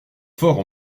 forts